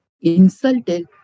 insulted